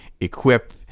equip